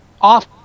off